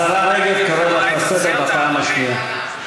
השרה רגב, אני קורא אותך לסדר בפעם השנייה.